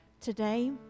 today